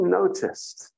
noticed